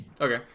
Okay